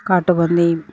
കാട്ടുപന്നിയും